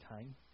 time